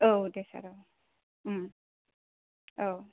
औ दे सार औ औ